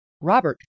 Robert